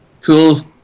Cool